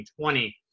2020